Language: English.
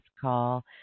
call